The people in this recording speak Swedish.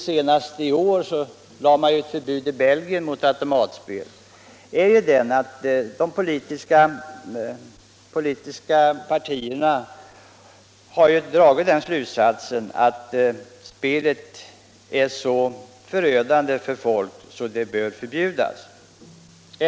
Senast i år införde man i Belgien förbud mot automatspel. De politiska partierna där har dragit slutsatsen att spelet är så förödande för folk att det bör förbjudas.